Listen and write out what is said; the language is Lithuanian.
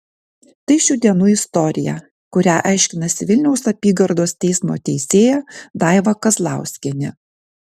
tai šių dienų istorija kurią aiškinasi vilniaus apygardos teismo teisėja daiva kazlauskienė